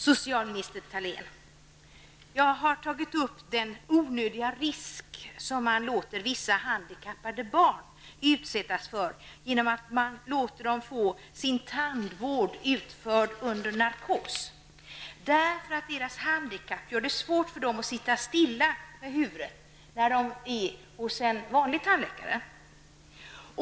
Herr talman! Jag har, socialminister Thalén, tagit upp den onödiga risk som man låter vissa handikappade barn utsättas för genom att man låter dem få deras tandvård utförd under narkos, därför att deras handikapp gör det svårt för dem att stilla med huvudet när de är hos en vanlig tandläkare.